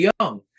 young